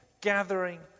gathering